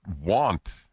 want